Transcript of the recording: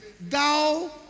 thou